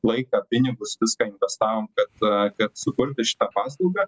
laiką pinigus viską investavom kad kad sukurti šitą paslaugą